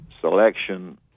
selection